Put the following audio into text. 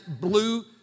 blue